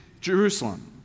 Jerusalem